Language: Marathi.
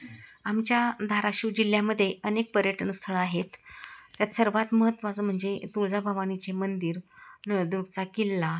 आमच्या धाराशिव जिल्ह्यामध्ये अनेक पर्यटन स्थळं आहेत त्यात सर्वात महत्त्वाचं म्हणजे तुळजाभवानीचे मंदिर नळदुर्गचा किल्ला